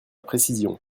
précision